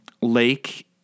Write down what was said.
Lake